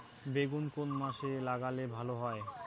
বেগুন কোন মাসে লাগালে ভালো হয়?